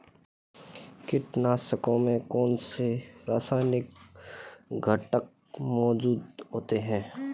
कीटनाशकों में कौनसे रासायनिक घटक मौजूद होते हैं?